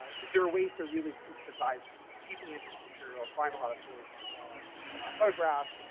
there are ways to really to dive deeply into this material, find a lot of source photographs,